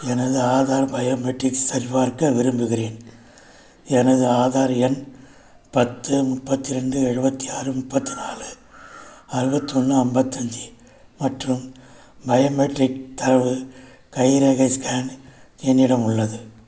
எனது ஆதார் பயோமெட்ரிக்ஸ் சரிபார்க்க விரும்புகிறேன் எனது ஆதார் எண் பத்து முப்பத்தி ரெண்டு எழுவத்தி ஆறு முப்பத்தி நாலு அறுபத்தி ஒன்று ஐம்பத்தஞ்சி மற்றும் பயோமெட்ரிக் தரவு கைரேகை ஸ்கேன் என்னிடம் உள்ளது